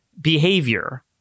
behavior